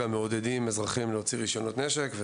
גם מעודדים אזרחים להוציא רישיון נשק.